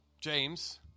James